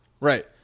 Right